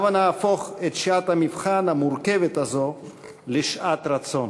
הבה נהפוך את שעת המבחן המורכבת הזאת לשעת רצון.